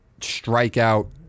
strikeout